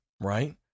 Right